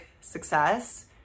success